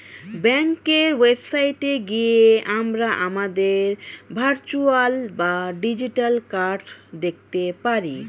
ব্যাঙ্কের ওয়েবসাইটে গিয়ে আমরা আমাদের ভার্চুয়াল বা ডিজিটাল কার্ড দেখতে পারি